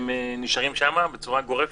הם נשארים שם בצורה גורפת?